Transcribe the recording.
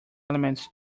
elements